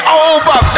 over